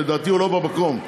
ולדעתי הוא לא במקום.